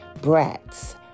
Brats